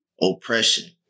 oppression